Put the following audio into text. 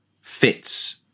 fits